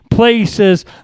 Places